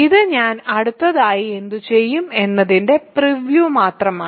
ഇത് ഞാൻ അടുത്തതായി എന്തുചെയ്യും എന്നതിന്റെ പ്രിവ്യൂ മാത്രമാണ്